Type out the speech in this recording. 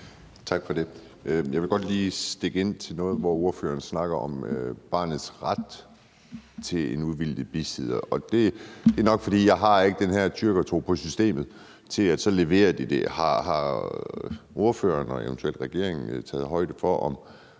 Tak for det. Jeg vil godt lige stikke ind til noget, hvor ordføreren snakker om barnets ret til en uvildig bisidder. Det er nok, fordi jeg ikke har den her tyrkertro på systemet, i forhold til at de så leverer det. Har ordføreren og eventuelt regeringen taget højde for,